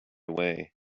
away